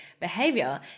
behavior